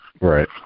Right